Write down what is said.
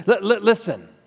Listen